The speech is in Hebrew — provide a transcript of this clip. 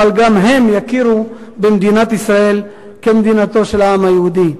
אבל גם הן יכירו במדינת ישראל כמדינתו של העם היהודי.